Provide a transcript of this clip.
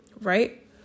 right